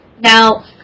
Now